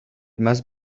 must